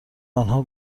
آنها